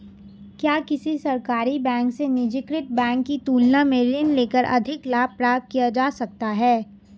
क्या किसी सरकारी बैंक से निजीकृत बैंक की तुलना में ऋण लेकर अधिक लाभ प्राप्त किया जा सकता है?